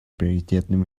приоритетным